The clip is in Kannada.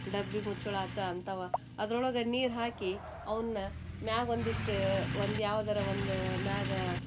ಡಬ್ಬಿ ಮುಚ್ಚುಳ ಆತು ಅಂತವ ಅದ್ರೊಳಗೆ ನೀರು ಹಾಕಿ ಅವನ್ನ ಮ್ಯಾಗ ಒಂದಿಷ್ಟು ಒಂದು ಯಾವ್ದಾರ ಒಂದು ಮ್ಯಾಗ